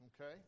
Okay